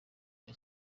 bya